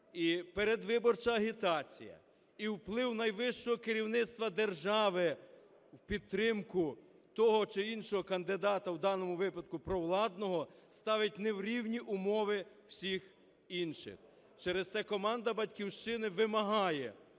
передвиборча агітація, і вплив найвищого керівництва держави в підтримку того чи іншого кандидата, в даному випадку провладного, ставить не в рівні умови всіх інших. Через те команда "Батьківщини" вимагає